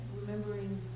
remembering